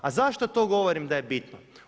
A zašto to govorim da je bitno?